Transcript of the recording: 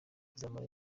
izamara